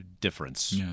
difference